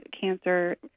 cancer